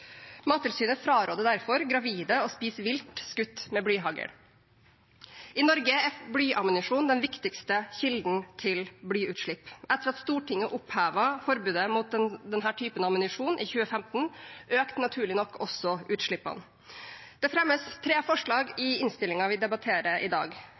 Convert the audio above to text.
Mattilsynet fraråder derfor gravide å spise vilt skutt med blyhagl. I Norge er blyammunisjon den viktigste kilden til blyutslipp. Etter at Stortinget opphevet forbudet mot denne typen ammunisjon i 2015, økte naturlig nok også utslippene. Det legges fram tre forslag i innstillingen vi debatterer i dag.